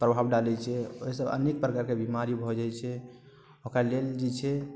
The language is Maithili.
प्रभाव डालै छै ओहिसँ अनेक प्रकारके बिमारी भऽ जाइ छै ओकरा लेल जे छै